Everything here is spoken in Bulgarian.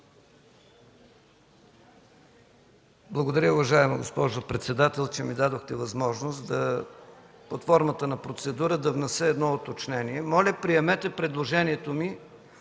Благодаря, уважаема госпожо председател, че ми дадохте възможност под формата на процедура да внеса едно уточнение. Моля, приемете предложението ми